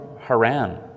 Haran